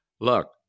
Look